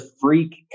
freak